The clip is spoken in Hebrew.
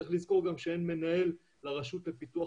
צריך לזכור גם שאין מנהל לרשות לפיתוח